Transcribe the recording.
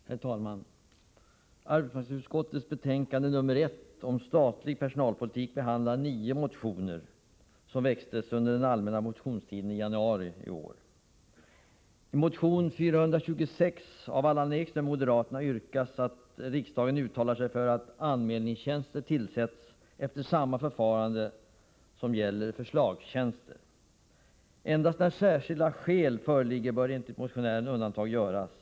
Herr talman! Arbetsmarknadsutskottets betänkande 1 om statlig personalpolitik behandlar nio motioner som väcktes under den allmänna motionstiden i januari i år. Endast när särskilda skäl föreligger bör — enligt motionären — undantag göras.